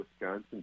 Wisconsin